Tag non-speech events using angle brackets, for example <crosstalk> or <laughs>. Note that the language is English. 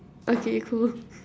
okay cool <laughs>